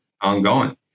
ongoing